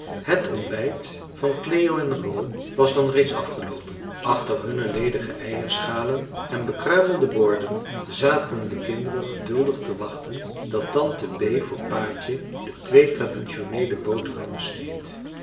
het ontbijt van cleo en ro was dan reeds afgeloopen achter hunne ledige eierschalen en bekruimelde borden zaten de kinderen geduldig te wachten dat tante bee voor paatje de twee traditioneele boterhammen sneed